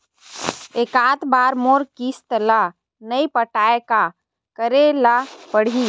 एकात बार मोर किस्त ला नई पटाय का करे ला पड़ही?